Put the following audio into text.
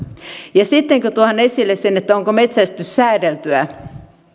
sitten kun tuodaan esille se onko metsästys säädeltyä